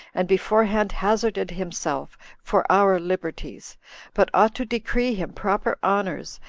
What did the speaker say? and beforehand hazarded himself for our liberties but ought to decree him proper honors,